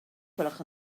gwelwch